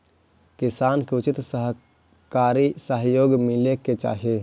किसान के उचित सहकारी सहयोग मिले के चाहि